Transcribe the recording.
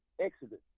Exodus